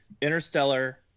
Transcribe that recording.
Interstellar